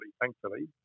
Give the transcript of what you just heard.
thankfully